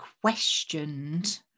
questioned